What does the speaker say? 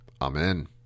amen